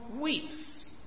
weeps